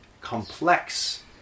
complex